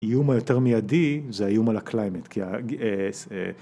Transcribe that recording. איום היותר מידי זה האיום על ה-climate כי